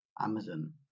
Amazon